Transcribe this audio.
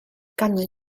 ganwyd